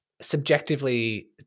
subjectively